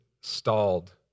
stalled